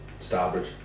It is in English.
Starbridge